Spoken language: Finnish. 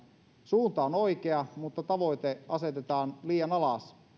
suunta on oikea mutta tavoite asetetaan liian alas